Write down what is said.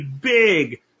big